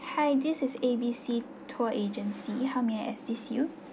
hi this is A B C tour agency how may I assist you